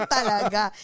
Talaga